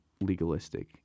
legalistic